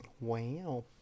Wow